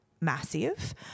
massive